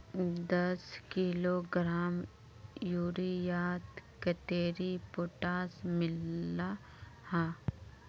दस किलोग्राम यूरियात कतेरी पोटास मिला हाँ?